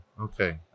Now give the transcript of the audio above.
Okay